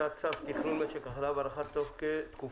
הצעת צו תכנון משק החלב (הארכת תקופת